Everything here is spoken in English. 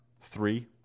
three